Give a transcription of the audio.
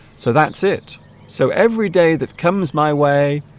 so that's it so every day that comes my way